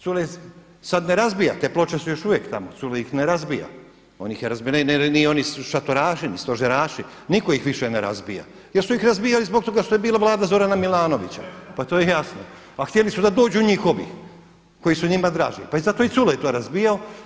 Culej sada ne razbija, te ploče su još uvijek tamo, Culej ih ne razbija, on ih je razbijao, ni oni šatoraši ni stožeraši, nitko ih više ne razbija jer su iz razbijali zbog toga što je bila Vlada Zorana Milanovića, pa to je jasno a htjeli su da dođu njihovi koji su njima draži, pa je zato i Culej to razbijao.